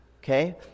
Okay